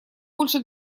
больше